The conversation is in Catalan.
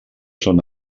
són